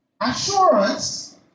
assurance